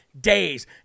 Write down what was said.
days